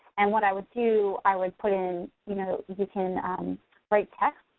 and what i would do, i would put in. you know you can write text,